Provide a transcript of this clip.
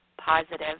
positive